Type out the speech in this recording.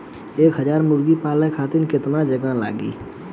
एक हज़ार मुर्गी पालन करे खातिर केतना जगह लागी?